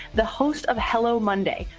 the host of hello monday,